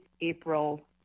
April